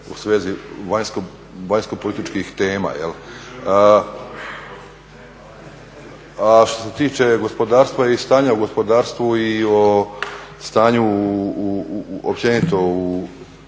u svezi vanjskopolitičkih tema jel'. A što se tiče gospodarstva i stanja u gospodarstvu i o stanju općenito u,